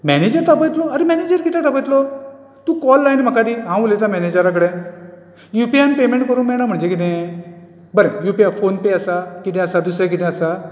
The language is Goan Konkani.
मॅनेजर तापयतलो आरे मॅनेजर कित्याक तापयतलो तूं काॅल लाय आनी म्हाका दी हांव उलयता मॅनेजरा कडेन युपिआयन पेयमँट करूंक मेळना म्हणजे कितें बरें युपिआय फोन पे आसा कितें आसा दुसरें कितें आसा